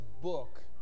book